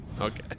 Okay